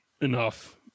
enough